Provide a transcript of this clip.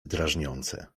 drażniące